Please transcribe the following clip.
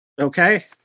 Okay